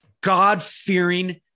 God-fearing